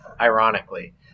ironically